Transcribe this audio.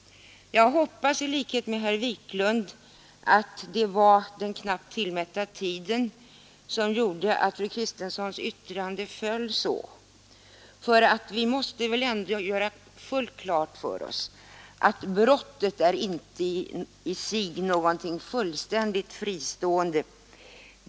Jag hoppas i likhet med herr Wiklund att det var den knappt tillmätta tiden som gjorde att fru Kristenssons yttrande föll så. Vi måste väl ändå göra klart för oss att brottet i sig inte är något fullständigt fristående.